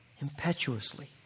impetuously